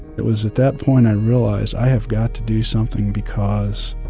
it was at that point i realized i have got to do something because